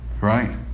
right